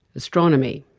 astronomy,